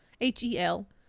H-E-L